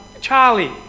Charlie